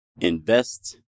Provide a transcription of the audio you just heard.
invest